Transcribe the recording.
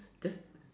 just